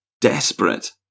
desperate